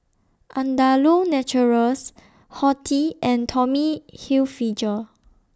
Andalou Naturals Horti and Tommy Hilfiger